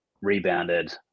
rebounded